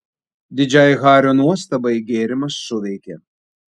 didžiai hario nuostabai gėrimas suveikė